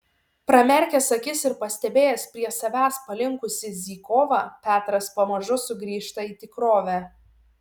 pramerkęs akis ir pastebėjęs prie savęs palinkusį zykovą petras pamažu sugrįžta į tikrovę